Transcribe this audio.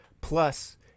plus